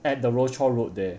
at the rochor road there